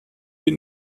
die